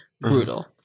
brutal